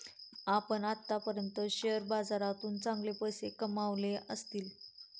आपण आत्तापर्यंत शेअर बाजारातून चांगले पैसे कमावले असतील